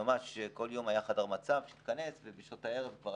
ממש כל יום היה חדר מצב שהתכנס ובשעות הערב כבר